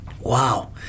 Wow